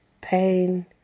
pain